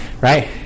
Right